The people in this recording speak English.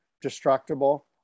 destructible